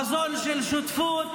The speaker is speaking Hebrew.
חזון של שותפות,